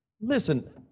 listen